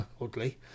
oddly